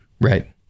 Right